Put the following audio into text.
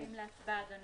מעלים להצבעה, אדוני.